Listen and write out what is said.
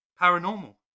Paranormal